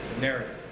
narrative